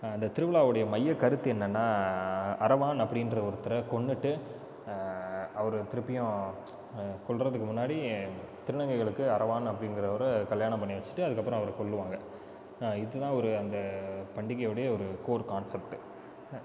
இந்தத் திருவிழாவுடைய மைய கருத்து என்னென்னா அரவான் அப்படின்ற ஒருத்தரை கொன்னுட்டு அவர் திருப்பியும் கொல்கிறதுக்கு முன்னாடி திருநங்கைகளுக்கு அரவான் அப்படின்றவரை கல்யாணம் பண்ணி வெச்சிட்டு அதுக்கப்புறம் அவரை கொல்வாங்க இதுதான் ஒரு அந்தப் பண்டிகையோட ஒரு கோர் கான்செப்ட்